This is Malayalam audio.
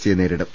സിയെ നേരിടും